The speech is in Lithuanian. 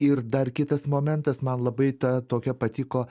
ir dar kitas momentas man labai ta tokia patiko